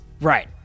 Right